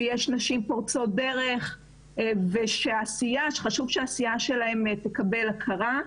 שיש נשים פורצות דרך ושחשוב שהעשייה שלהן תקבל הכרה.